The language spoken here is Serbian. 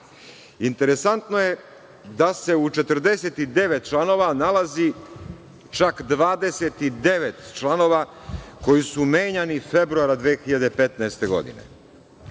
Interesantno je da se u 49 članova nalazi čak 29 članova koji su menjani februara 2015. godine. Ovi